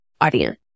audience